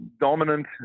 dominant